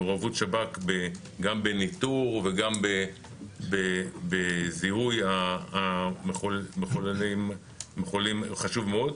מעורבות שב"כ גם בניטור וגם בזיהוי מחוללים היא חשובה מאוד.